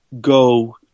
go